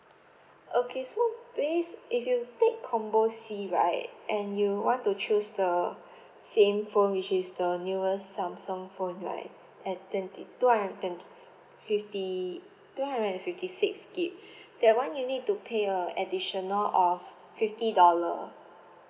okay so based if you take combo C right and you want to choose the same phone which is the newest samsung phone right at twenty two hundred and twenty fifty two hundred and fifty six gig that one you need to pay a additional of fifty dollar